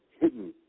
hidden